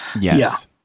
Yes